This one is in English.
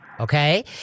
Okay